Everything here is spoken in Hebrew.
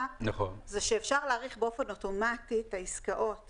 זה שאפשר להאריך באופן אוטומטי את העסקאות.